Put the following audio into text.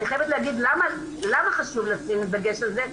אני חייבת גם להגיד למה חשוב לשים דגש על זה,